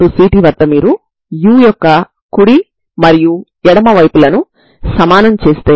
X రూపంలో మీరు y ని కలిగి ఉంటారు